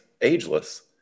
ageless